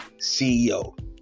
CEO